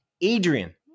Adrian